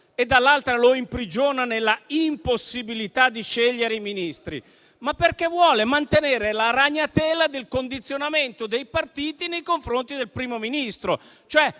dall'altra, lo imprigiona nella impossibilità di scegliere i Ministri? Lo fa perché vuole mantenere la ragnatela del condizionamento dei partiti nei confronti del Primo Ministro,